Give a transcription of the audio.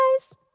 guys